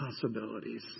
possibilities